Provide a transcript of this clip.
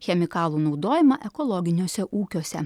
chemikalų naudojimą ekologiniuose ūkiuose